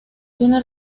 tiene